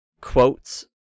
quotes